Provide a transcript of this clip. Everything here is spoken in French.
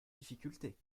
difficulté